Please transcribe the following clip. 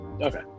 okay